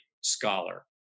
scholar